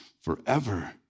forever